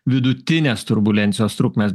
vidutinės turbulencijos trukmės bet